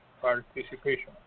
participation